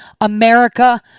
America